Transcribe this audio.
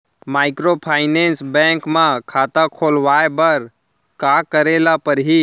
Microfinance bank म खाता खोलवाय बर का करे ल परही?